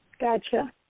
gotcha